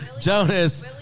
Jonas